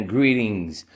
Greetings